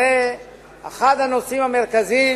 הרי אחד הנושאים המרכזיים